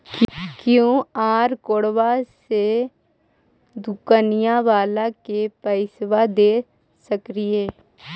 QR कोडबा से दुकनिया बाला के पैसा दे सक्रिय?